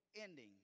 ending